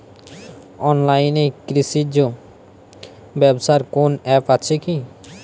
অনলাইনে কৃষিজ ব্যবসার কোন আ্যপ আছে কি?